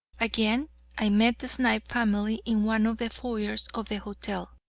again i met the snipe family in one of the foyers of the hotel.